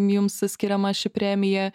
jums skiriama ši premija